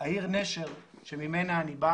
העיר נשר ממנה אני בא